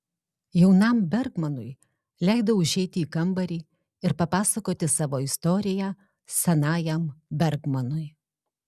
jaunam bergmanui leidau užeiti į kambarį ir papasakoti savo istoriją senajam bergmanui